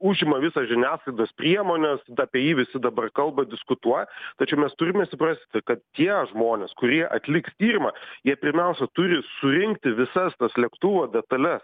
užima visas žiniasklaidos priemonės apie jį visi dabar kalba diskutuoja tačiau mes turime suprasti kad tie žmonės kurie atliks tyrimą jie pirmiausia turi surinkti visas tas lėktuvo detales